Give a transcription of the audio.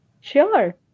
Sure